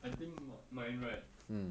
I think mine right